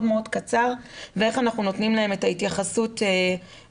מאוד קצר ואיך אנחנו נותנים להם את ההתייחסות הספציפית.